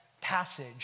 passage